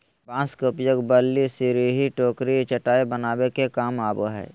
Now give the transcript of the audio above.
बांस के उपयोग बल्ली, सिरही, टोकरी, चटाय बनावे के काम आवय हइ